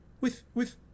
With—with